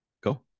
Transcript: go